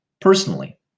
personally